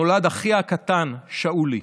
נולד אחיה הקטן שאולי.